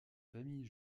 famille